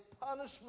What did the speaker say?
punishment